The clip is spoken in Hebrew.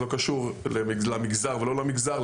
לא קשור למגזר ולא למגזר,